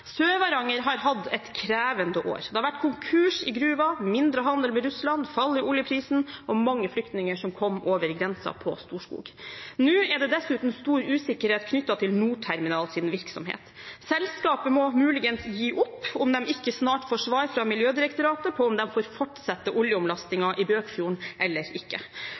har hatt et krevende år. Det har vært konkurs i gruven, mindre handel med Russland og fall i oljeprisen, og mange flyktninger kom over grensen på Storskog. Nå er det dessuten stor usikkerhet knyttet til Norterminals virksomhet. Selskapet må muligens gi opp om de ikke snart får svar fra Miljødirektoratet på om de får fortsette oljeomlastingen i Bøkfjorden eller ikke.